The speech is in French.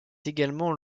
également